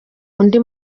undi